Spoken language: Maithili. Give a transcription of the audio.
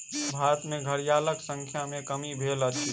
भारत में घड़ियालक संख्या में कमी भेल अछि